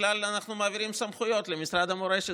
בכלל אנחנו מעבירים סמכויות למשרד המורשת,